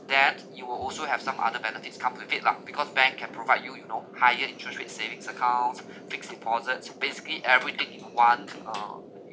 then you will also have some other benefits come with it lah because bank can provide you you know higher interest rate savings accounts fixed deposits basically everything into one uh